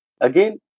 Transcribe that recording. again